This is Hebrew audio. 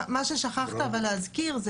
אבל מה ששכחת להזכיר,